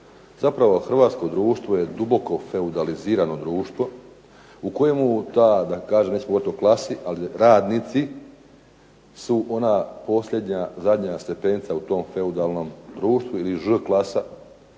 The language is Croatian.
Zapravo hrvatsko društvo je duboko feudalizirano društvo u kojemu ta, nećemo govorit o klasi, ali radnici su ona posljednja, zadnja stepenica u tom feudalnom društvu ili ž klasa